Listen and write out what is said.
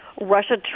Russia